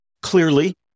clearly